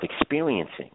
experiencing